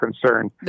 concern